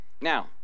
Now